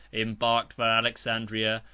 embarked for alexandria,